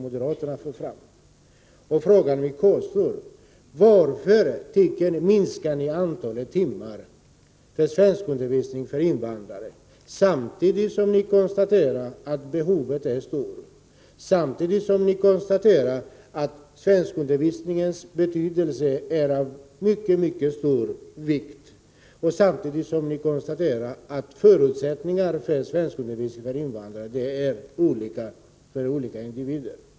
Min fråga kvarstår: Varför minskar ni antalet timmar för svenskundervisning för invandrare, samtidigt som ni konstaterar att behovet är stort, samtidigt som ni konstaterar att svenskundervisningen är av mycket stor betydelse och samtidigt som ni konstaterar att förutsättningarna för svenskundervisningen för invandrare är olika för olika individer?